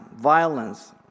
violence